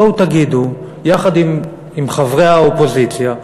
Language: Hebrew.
בואו תגידו, יחד עם חברי האופוזיציה,